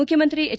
ಮುಖ್ಯಮಂತ್ರಿ ಎಚ್